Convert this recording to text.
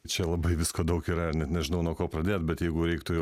čia labai visko daug yra net nežinau nuo ko pradėt bet jeigu reiktų